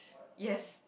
yes